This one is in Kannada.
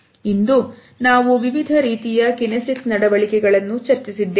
ಇಂದು ನಾವು ವಿವಿಧ ರೀತಿಯ ಕಿನೆಸಿಕ್ಸ್ ನಡವಳಿಕೆಗಳನ್ನು ಚರ್ಚಿಸಿದ್ದೇವೆ